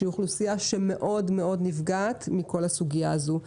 שהיא אוכלוסיה שמאוד מאוד נפגעת מכל הסוגיה הזו.